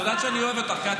את יודעת שאני אוהב אותך.